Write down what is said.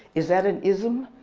is that an ism?